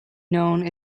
known